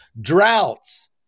Droughts